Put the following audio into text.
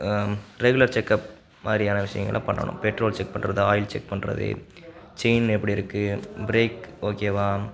regular checkup மாதிரியான விஷயங்களை பண்ணணும் பெட்ரோல் செக் பண்ணுறது ஆயில் செக் பண்ணுறது செயின் எப்படி இருக்குது ப்ரேக் ஓகேவா